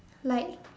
like